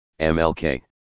MLK